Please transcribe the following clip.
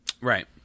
right